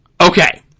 Okay